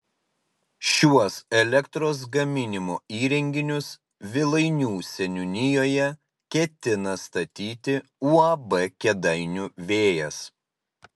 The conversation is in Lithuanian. šiuos elektros gaminimo įrenginius vilainių seniūnijoje ketina statyti uab kėdainių vėjas